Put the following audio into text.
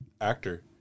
actor